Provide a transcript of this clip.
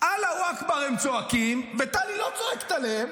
"אללה אכבר", הם צועקים, וטלי לא צועקת עליהם,